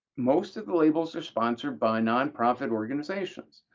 most of the labels are sponsored by nonprofit organizations.